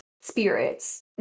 spirits